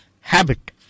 habit